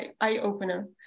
eye-opener